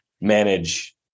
manage